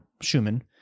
Schumann